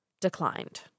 Declined